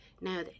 Now